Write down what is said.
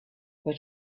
but